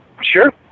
Sure